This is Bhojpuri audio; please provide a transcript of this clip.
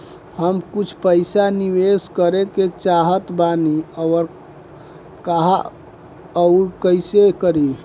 हम कुछ पइसा निवेश करे के चाहत बानी और कहाँअउर कइसे करी?